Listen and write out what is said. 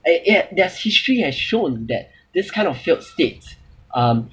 and yet there is history has shown that this kind of failed states um